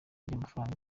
ry’amafaranga